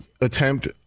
attempt